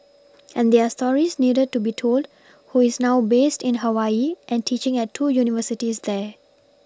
and their stories needed to be told who is now based in Hawaii and teaching at two universities there